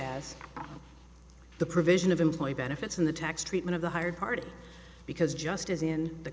as the provision of employee benefits in the tax treatment of the hired part because just as in the